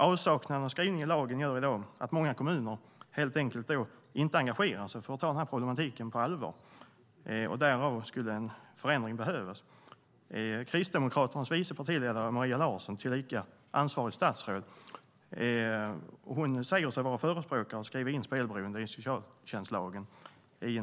Avsaknaden av skrivning i lagen gör i dag att många kommuner helt enkelt inte engagerar sig för att ta denna problematik på allvar. Därför skulle en förändring behövas. Kristdemokraternas vice partiledare Maria Larsson, tillika ansvarigt statsråd, skrev häromåret i en debattartikel att hon var förespråkare av att skriva in spelberoende i socialtjänstlagen.